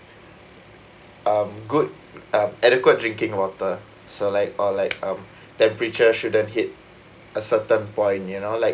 um good uh adequate drinking water so like or like um temperature shouldn't hit a certain point you know like